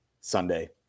Sunday